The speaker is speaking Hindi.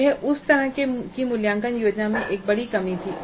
यह उस तरह की मूल्यांकन योजना में एक बड़ी कमी थी